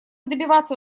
добиваться